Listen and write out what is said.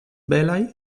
belaj